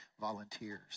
volunteers